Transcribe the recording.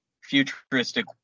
futuristic